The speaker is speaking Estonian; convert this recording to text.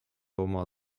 oma